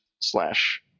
slash